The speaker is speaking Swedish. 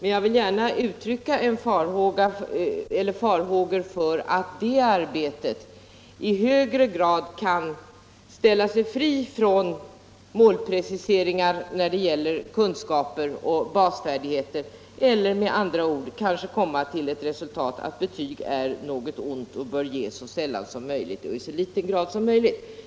Men jag vill gärna uttrycka farhågor för att man i det arbetet i högre grad kan ställa sig fri från målpreciseringar när det gäller kunskaper och basfärdigheter eller med andra ord kanske komma till resultatet att betyg är något ont och bör ges så sällan som möjligt och i så liten utsträckning som möjligt.